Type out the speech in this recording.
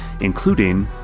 including